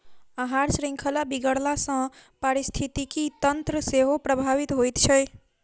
आहार शृंखला बिगड़ला सॅ पारिस्थितिकी तंत्र सेहो प्रभावित होइत छै